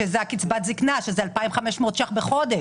שזאת קצבת הזקנה בסך 2,500 שקלים בחודש.